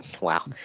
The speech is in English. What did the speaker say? Wow